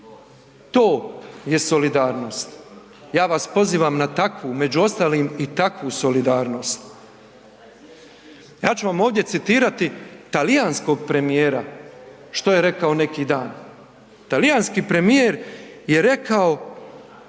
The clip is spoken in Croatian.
To je solidarnost. Ja vas pozivam na takvu, među ostalim i takvu solidarnost. Ja ću vam ovdje citirati talijanskog premijera što je rekao neki dan. Talijanski premijer je rekao